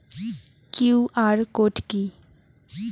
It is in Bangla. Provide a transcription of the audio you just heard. কিউ.আর কোড কি?